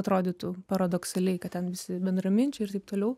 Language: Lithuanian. atrodytų paradoksaliai kad ten visi bendraminčiai ir taip toliau